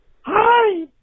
Hi